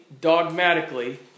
dogmatically